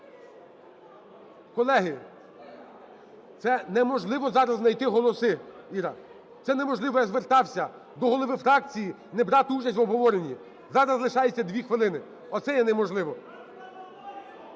Колеги, це неможливо зараз знайти голоси, Іра. Це неможливо. Я звертався до голів фракцій не брати участь в обговоренні. Зараз лишається 2 хвилини – оце є неможливо.